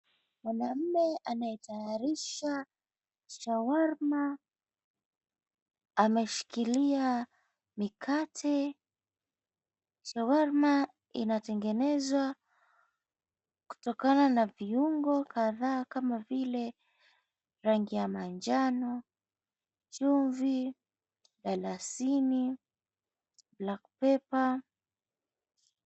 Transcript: Mwanaume anayetayarisha shawarma ameshikilia mikate. Shawarma inatengenezwa kutokana na viungo kadhaa kama vile rangi ya manjano, chumvi, dalasini, black pepper .